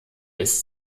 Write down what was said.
ist